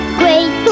great